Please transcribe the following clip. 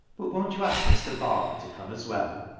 but won't you ask mr. barber to come as well?